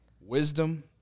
Wisdom